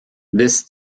this